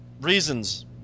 Reasons